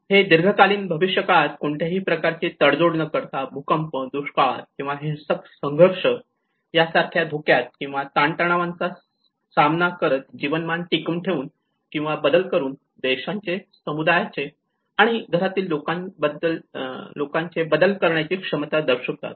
हे दीर्घकालीन भविष्यकाळात कोणत्याही प्रकारची तडजोड न करता भूकंप दुष्काळ किंवा हिंसक संघर्ष यासारख्या धोक्यात किंवा ताणतणावांचा सामना करत जीवनमान टिकवून ठेवून किंवा बदल करून देशांचे समुदायाचे आणि घरातील लोकांचे बदल करण्याची क्षमता दर्शवतात